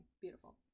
Beautiful